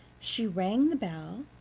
she rang the bell,